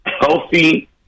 healthy